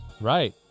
Right